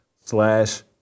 slash